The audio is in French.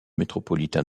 métropolitain